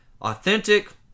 authentic